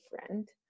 different